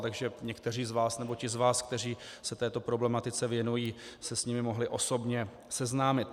Takže někteří z vás, nebo ti z vás, kteří se této problematice věnují, se s nimi mohli osobně seznámit.